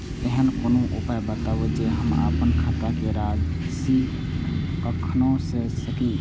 ऐहन कोनो उपाय बताबु जै से हम आपन खाता के राशी कखनो जै सकी?